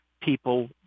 people